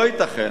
לא ייתכן